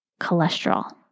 cholesterol